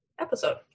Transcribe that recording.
episode